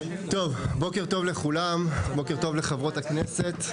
בוקר טוב לכולם, בוקר טוב לחברות הכנסת.